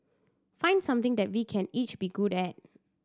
find something that we can each be good at